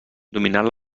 dominant